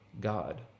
god